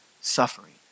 suffering